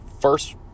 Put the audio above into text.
first